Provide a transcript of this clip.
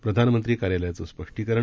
प्रधानमंत्री कार्यालयाचं स्पष्टीकरण